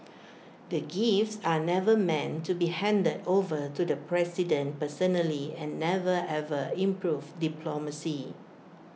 the gifts are never meant to be handed over to the president personally and never ever improved diplomacy